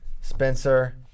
Spencer